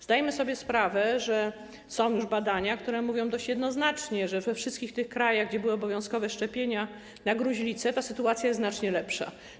Zdajemy sobie sprawę, że są już badania, które mówią dość jednoznacznie, że we wszystkich tych krajach, gdzie były obowiązkowe szczepienia na gruźlicę, ta sytuacja jest znacznie lepsza.